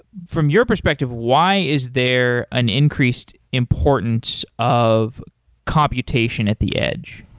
from your perspective, why is there an increased importance of computation at the edge?